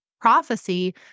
prophecy